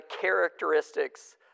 characteristics